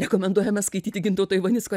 rekomenduojame skaityti gintauto ivanicko